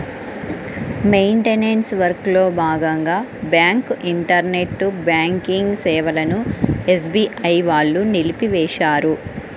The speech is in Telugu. మెయింటనెన్స్ వర్క్లో భాగంగా బ్యాంకు ఇంటర్నెట్ బ్యాంకింగ్ సేవలను ఎస్బీఐ వాళ్ళు నిలిపేశారు